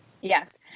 Yes